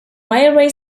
railway